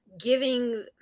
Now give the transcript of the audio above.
giving